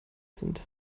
sind